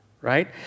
right